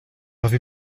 revu